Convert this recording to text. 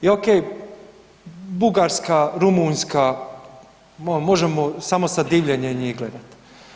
I ok, Bugarska, Rumunjska, možemo samo sa divljenjem ih gledati.